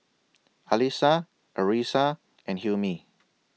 Alyssa Arissa and Hilmi